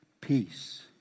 peace